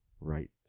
right